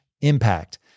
impact